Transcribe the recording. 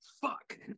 fuck